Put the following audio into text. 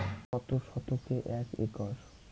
কত শতকে এক একর?